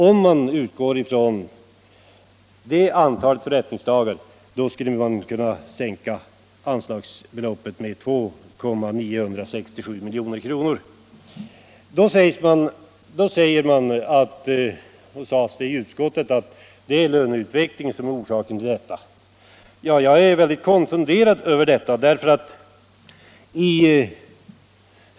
Om man utgår ifrån det antalet förrättningsdagar skulle man alltså kunna sänka det föreslagna anslags I utskottet sades det att det var löneutvecklingen som var orsaken till höjningen. Jag är mycket konfunderad över detta.